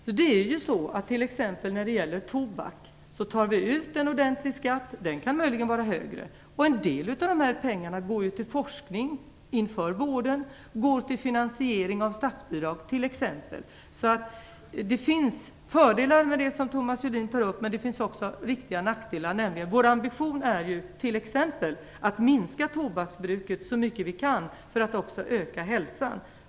När det gäller t.ex. tobak tar vi ut en ordentlig skatt - den kan möjligen vara högre - och en del av de pengarna går till forskning inom vården och till finansiering av statsbidrag. Det finns alltså fördelar med det som Thomas Julin tar upp, men det finns också viktiga nackdelar. Vår ambition är nämligen att minska tobaksbruket så mycket vi kan för att förbättra hälsan.